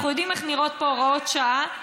אנחנו יודעים איך נראות פה הוראות שעה.